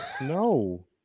No